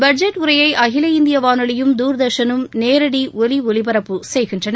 budget உரையை அகில இந்திய வானொலியும் தூர்தர்ஷனும் நேரடி ஒலி ஒளிபரப்பு செய்கின்றன